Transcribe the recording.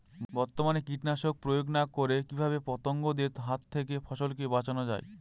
বর্তমানে কীটনাশক প্রয়োগ না করে কিভাবে পতঙ্গদের হাত থেকে ফসলকে বাঁচানো যায়?